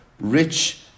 rich